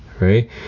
right